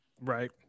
Right